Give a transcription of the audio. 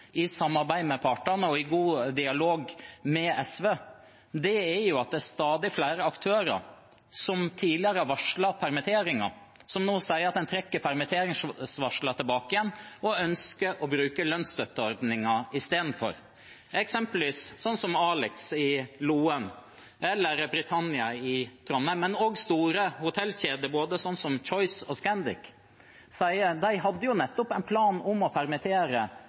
i samarbeid med partene og i god dialog med SV, er at det er stadig flere aktører som tidligere har varslet permitteringer, som nå sier at en trekker permitteringsvarslene tilbake igjen og isteden ønsker å bruke lønnsstøtteordningen – eksempelvis hotellene Alexandra i Loen og Britannia i Trondheim, men også store hotellkjeder som Nordic Choice og Scandic. De hadde nettopp en plan om å permittere